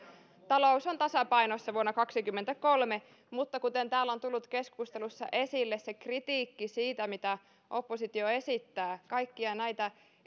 talous on tasapainossa vuonna kaksikymmentäkolme mutta kuten täällä on tullut keskustelussa esille se kritiikki siitä mitä oppositio esittää kaikkia näitä